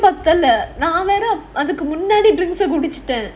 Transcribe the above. தெரில நான் வேற அதுக்கு:therila naan vera adhuku drinks குடிச்சிட்டேன்:kudichitaen